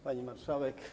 Pani Marszałek!